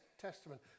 testament